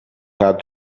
had